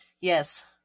Yes